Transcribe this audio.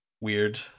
weird